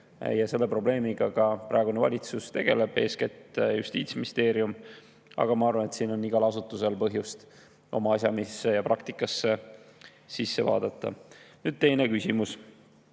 Selle probleemiga praegune valitsus tegeleb, eeskätt Justiitsministeerium, aga ma arvan, et siin on igal asutusel põhjust oma asjaajamise praktikasse sisse vaadata. Teine küsimus: